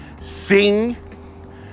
sing